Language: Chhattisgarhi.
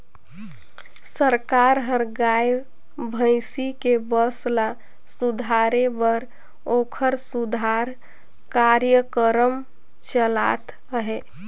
सरकार हर गाय, भइसी के बंस ल सुधारे बर ओखर सुधार कार्यकरम चलात अहे